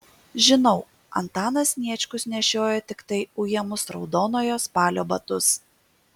žinau antanas sniečkus nešiojo tiktai ujamus raudonojo spalio batus